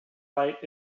light